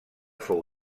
fou